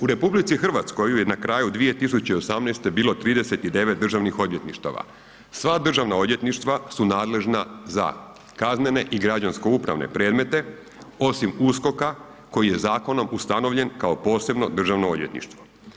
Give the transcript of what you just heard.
U RH je na kraju 2018. bilo 39 državnih odvjetništava, sva državna odvjetništva su nadležna za kaznene i građansko-upravne predmete osim USKOK-a koji je zakonom ustanovljen kao posebno državno odvjetništvo.